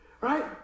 right